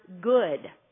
good